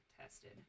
tested